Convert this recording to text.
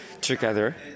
together